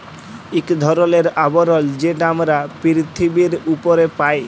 ইক ধরলের আবরল যেট আমরা পিরথিবীর উপরে পায়